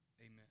Amen